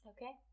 Okay